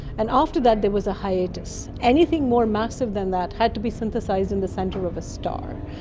and after that there was a hiatus. anything more massive than that had to be synthesised in the centre of a star.